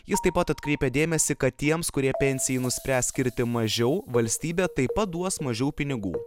jis taip pat atkreipia dėmesį kad tiems kurie pensijai nuspręs skirti mažiau valstybė taip pat duos mažiau pinigų